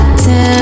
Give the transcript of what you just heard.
ten